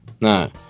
no